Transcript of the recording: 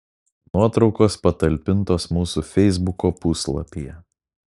nuotraukos patalpintos mūsų feisbuko puslapyje